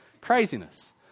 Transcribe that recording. Craziness